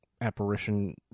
apparition